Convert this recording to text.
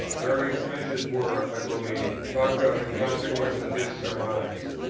various measures were, i believe, talked of in consequence of this surmise.